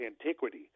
antiquity